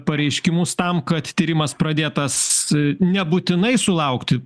pareiškimus tam kad tyrimas pradėtas nebūtinai sulaukti